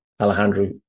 alejandro